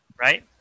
right